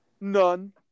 None